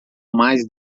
mais